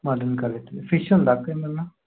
mutton curry అయితే fish ఉందా అక్క ఏమైనా